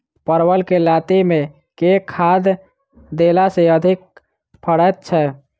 परवल केँ लाती मे केँ खाद्य देला सँ अधिक फरैत छै?